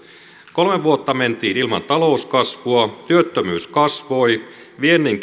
kolme vuotta mentiin ilman talouskasvua työttömyys kasvoi viennin